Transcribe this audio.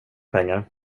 pengar